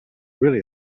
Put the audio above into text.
really